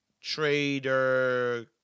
trader